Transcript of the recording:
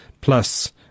plus